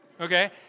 okay